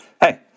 hey